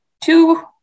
two